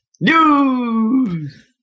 News